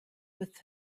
with